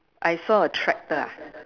I saw a tractor ah